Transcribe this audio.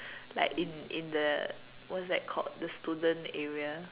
like in in the what's that called the student area